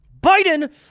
Biden